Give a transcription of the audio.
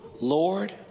lord